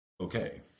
okay